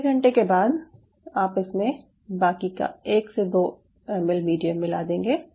आधे घंटे के बाद आप उसमे बाकी का 1 से 2 एमएल मीडियम मिला देंगे